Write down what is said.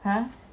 !huh!